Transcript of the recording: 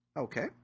Okay